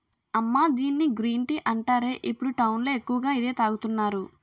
అమ్మా దీన్ని green tea అంటారే, ఇప్పుడు టౌన్ లో ఎక్కువగా ఇదే తాగుతున్నారు